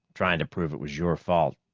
trying to prove it was your fault.